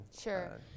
Sure